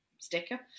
sticker